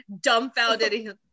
dumbfounded